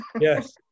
Yes